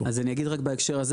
אז אגיד רק בהקשר הזה,